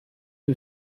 you